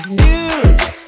dudes